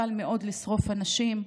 קל מאוד לשרוף אנשים,